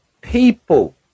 people